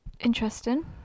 Interesting